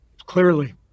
clearly